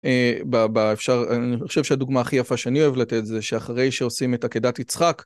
אפשר, אני חושב שהדוגמה הכי יפה שאני אוהב לתת זה שאחרי שעושים את עקדת יצחק